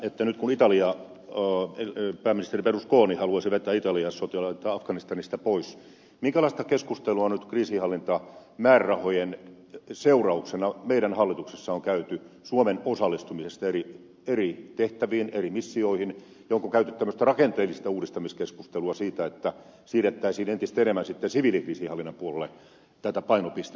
nyt kun italian pääministeri berlusconi haluaisi vetää italialaissotilaita afganistanista pois niin minkälaista keskustelua nyt kriisinhallintamäärärahojen seurauksena hallituksessa on käyty suomen osallistumisesta eri tehtäviin eri missioihin ja onko käyty tämmöistä rakenteellista uudistamiskeskustelua siitä että siirrettäisiin entistä enemmän sitten siviilikriisinhallinnan puolelle tätä painopistettä